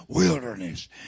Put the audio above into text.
wilderness